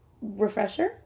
refresher